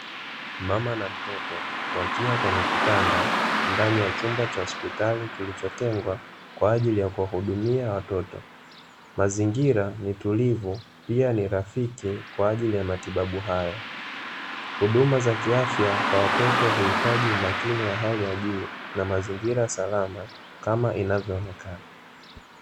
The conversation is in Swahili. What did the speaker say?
Mama na mtoto wakiwa kwenye kitanda, ndani ya chumba cha hospitali kilichotengwa kwa ajili ya kuwahudumia watoto. Mazingira ni tulivu, pia ni rafiki kwa ajili ya matibabu hayo. Huduma za kiafya kwa watoto huitaji umakini wa hali ya juu, na mazingira salama, kama inavyoonekana.